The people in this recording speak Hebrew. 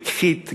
פיקחית,